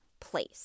place